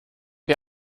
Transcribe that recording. die